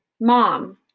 Mom